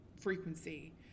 frequency